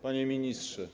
Panie Ministrze!